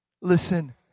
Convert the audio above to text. listen